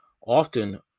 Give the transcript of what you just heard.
Often